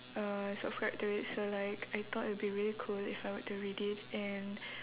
uh subscribe to it so like I thought it would be really cool if I were to read it and